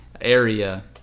area